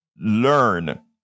learn